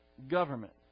government